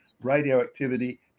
Radioactivity